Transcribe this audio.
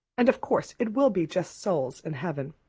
and of course it will be just souls in heaven.